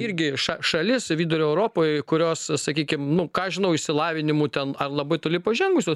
irgi ša šalis vidurio europoj kurios sakykim nu ką aš žinau išsilavinimu ten ar labai toli pažengusios